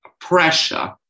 pressure